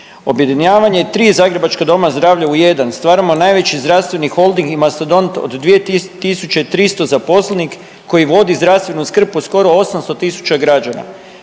Objedinjavanje tri zagrebačka doma zdravlja u jedan stvaramo najveći zdravstveni holding i mastodont od 2.300 zaposlenih koji vodi zdravstvenu skrb o skoro 800 tisuća građana.